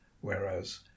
whereas